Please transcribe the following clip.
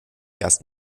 erst